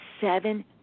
seven